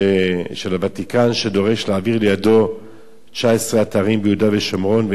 שדורש להעביר לידו 19 אתרים ביהודה ושומרון ו-28 בירושלים,